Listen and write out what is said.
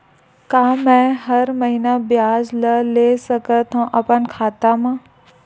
का मैं हर महीना ब्याज ला ले सकथव अपन खाता मा?